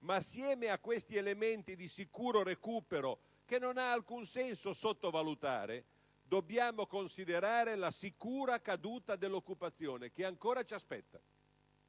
ma assieme a questi elementi di sicuro recupero, che non ha alcun senso sottovalutare, dobbiamo considerare la sicura caduta dell'occupazione che ancora ci aspetta.